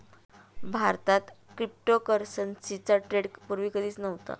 भारतात क्रिप्टोकरन्सीचा ट्रेंड पूर्वी कधीच नव्हता